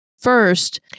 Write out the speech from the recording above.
First